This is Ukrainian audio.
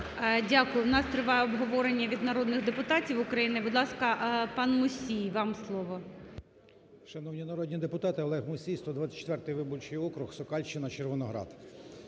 Дякую. У нас триває обговорення від народних депутатів України. Будь ласка, пан Мусій, вам слово.